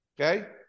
okay